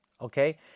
Okay